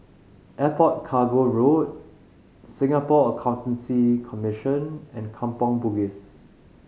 Airport Cargo Road Singapore Accountancy Commission and Kampong Bugis